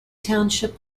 township